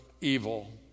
evil